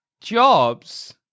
jobs